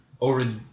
over